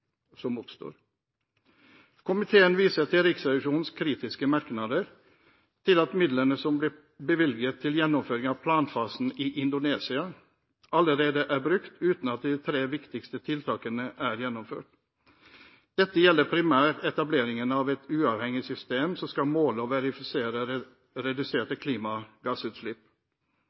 som oppstår. Komiteen viser til Riksrevisjonens kritiske merknader til at midlene som ble bevilget til gjennomføring av planfasen i Indonesia allerede er brukt uten at de tre viktigste tiltakene er gjennomført. Dette gjelder primært etableringen av et uavhengig system som skal måle og verifisere reduserte klimagassutslipp.